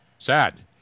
Sad